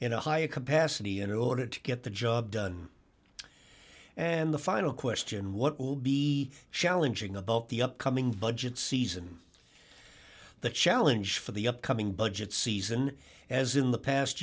in a higher capacity in order to get the job done and the final question what will be challenging about the upcoming budget season the challenge for the upcoming budget season as in the past